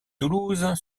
toulouse